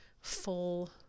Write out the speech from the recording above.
full